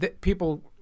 people